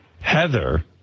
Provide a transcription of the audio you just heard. Heather